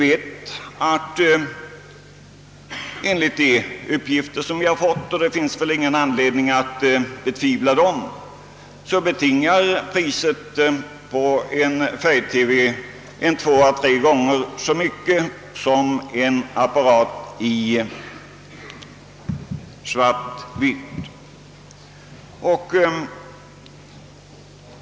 Enligt de uppgifter som vi har fått — det finns väl ingen anledning att betvivla dem — betingar en färg-TV-apparat två, tre gånger så högt pris om en apparat för svartvitt.